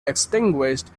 extinguished